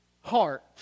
heart